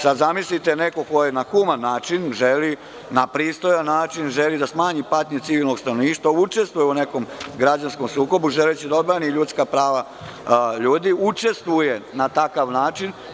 Zamislite nekog ko na human način želi, na pristojan način, da smanji patnju civilnog stanovništva učestvuje u nekom građanskom sukobu želeći da odbrani ljudska prava ljudi učestvuje na takav način.